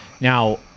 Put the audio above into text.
Now